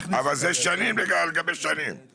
אבל זה שנים על גבי שנים.